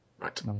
Right